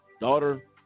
daughter